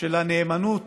של הנאמנות